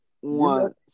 one